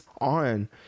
on